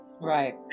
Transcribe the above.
Right